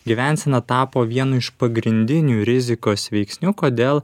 gyvensena tapo vienu iš pagrindinių rizikos veiksnių kodėl